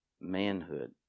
manhood